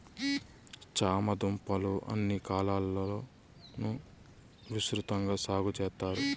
చామ దుంపలు అన్ని కాలాల లోనూ విసృతంగా సాగు చెత్తారు